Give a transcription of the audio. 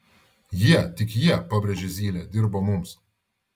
jie tik jie pabrėžė zylė dirba mums